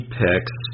picks